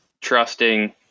trusting